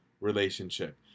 relationship